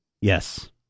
Yes